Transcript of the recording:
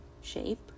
shape